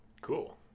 cool